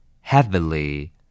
heavily